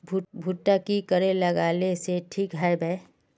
भुट्टा की करे लगा ले ठिक है बय?